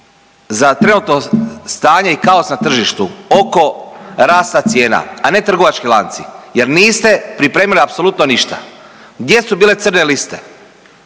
za trenutno stanje i kaos na tržištu oko rasta cijena, a ne trgovački lanci jer niste pripremili apsolutno ništa. Gdje su bile crne liste,